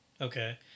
Okay